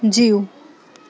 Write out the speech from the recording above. जीउ